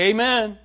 Amen